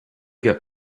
get